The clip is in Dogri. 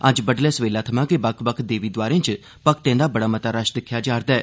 अज्ज बड्डलै सवेला थमां गै बक्ख बक्ख देवीद्वारें च भक्तें दा बड़ा मता रश दिक्खेआ जा'रदा ऐ